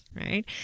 right